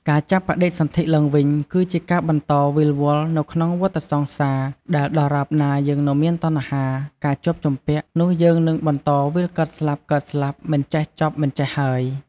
ការចាប់បដិសន្ធិឡើងវិញ គឺជាការបន្តវិលវល់នៅក្នុងវដ្តសង្សារ ដែលដរាបណាយើងនៅមានតណ្ហា ការជាប់ជំពាក់ នោះយើងនឹងបន្តវិលកើតស្លាប់ៗមិនចេះចប់មិនចេះហើយ។